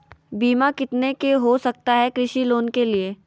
बीमा कितना के हो सकता है कृषि लोन के लिए?